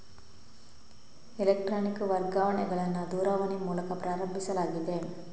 electronic ವರ್ಗಾವಣೆಗಳನ್ನು ದೂರವಾಣಿ ಮೂಲಕ ಪ್ರಾರಂಭಿಸಲಾಗಿದೆ